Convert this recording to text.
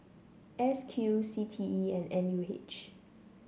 S Q C T E and N U H